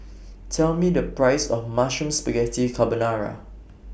Tell Me The Price of Mushroom Spaghetti Carbonara